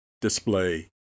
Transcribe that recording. display